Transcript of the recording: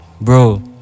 bro